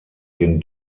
den